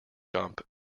jump